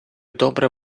добре